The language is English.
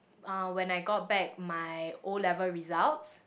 uh when I got back my O-level results